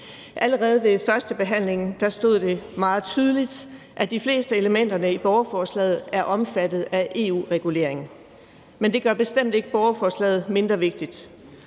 Allerede ved førstebehandlingen stod det meget tydeligt, at de fleste af elementerne i borgerforslaget er omfattet af EU-regulering, men det gør bestemt ikke borgerforslaget mindre vigtigt.